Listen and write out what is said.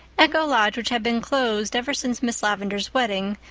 echo lodge, which had been closed ever since miss lavendar's wedding,